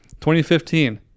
2015